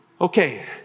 Okay